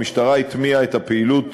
המשטרה הטמיעה את הפעילות